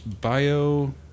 bio